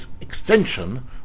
extension